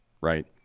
Right